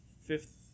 fifth